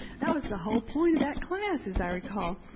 that was the whole point of that class, as i recall.